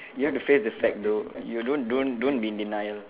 you have to face the fact though you don't don't don't be in denial